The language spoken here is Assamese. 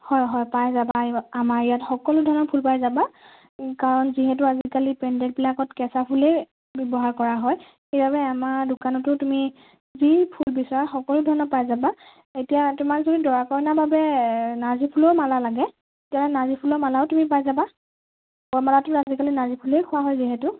হয় হয় পাৰিবা পাৰিবা আমাৰ ইয়াত সকলো ধৰণৰ ফুল পাই যাবা কাৰণ যিহেতু আজিকালি পেন্দেলবিলাকত কেঁচা ফুলেই ব্যৱহাৰ কৰা হয় সেইবাবে আমাৰ দোকানতো তুমি যি ফুল বিচৰা সকলো ধৰণৰ পাই যাবা এতিয়া তোমাক যদি দৰা কইনাৰ বাবে এ নাৰ্জী ফুলৰ মালা লাগে তেতিয়া নাৰ্জী ফুলৰ মালাও তুমি পাই যাবা আমাৰ তাত আজিকালি নাৰ্জী ফুলেই থোৱা হয় যিহেতু